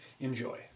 Enjoy